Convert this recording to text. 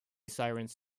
sirens